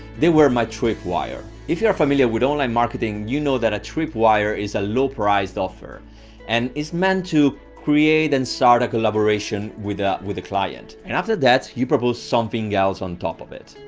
they were my tripwire if you are familiar with online marketing you know that a tripwire is a low priced offer and is meant to create and start a collaboration with ah with the client. and after that you propose something else on top of it.